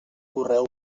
correu